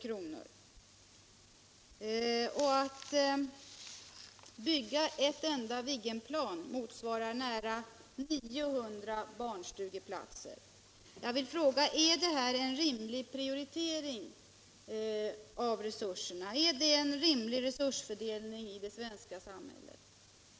Kostnaderna för att bygga ett enda Viggenplan motsvarar kostnaderna för nära 900 barnstugeplatser. Jag vill fråga: Är detta en rimlig prioritering av resurserna? Är det en rimlig resursfördelning i det svenska samhället?